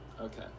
Okay